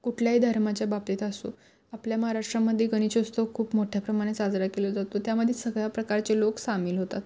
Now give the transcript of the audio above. कुठल्याही धर्माच्या बाबतीत असो आपल्या महाराष्ट्रामध्ये गणेश उत्सव खूप मोठ्या प्रमाणात साजरा केला जातो त्यामध्ये सगळ्या प्रकारचे लोक सामील होतात